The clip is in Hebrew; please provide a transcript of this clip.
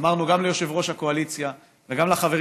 אמרנו גם ליושב-ראש הקואליציה וגם לחברים